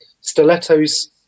Stilettos